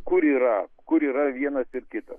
kur yra kur yra vienas ir kitas